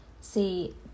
see